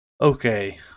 okay